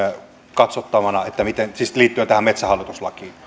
katsottavana siis liittyen tähän metsähallitus